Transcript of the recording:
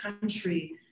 country